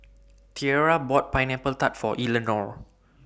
Tierra bought Pineapple Tart For Eleanore